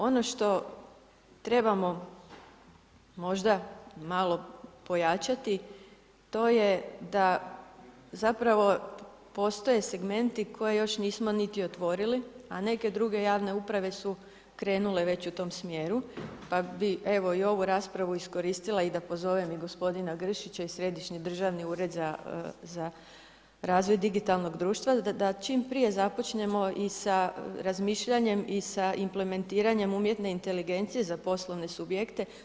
Ono što trebamo možda malo pojačati, to je da zapravo postoje segmenti koje još nismo niti otvorili, a neke druge javne uprave su krenule već u tom smjeru, pa bi evo i ovu raspravu iskoristila i da pozovem i gospodina Gršića i Središnji državni ured za razvoj digitalnog društva da čim prije započnemo i sa razmišljanjem i sa implementiranjem umjetne inteligencije za poslovne subjekte.